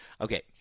Okay